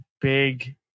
big